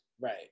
Right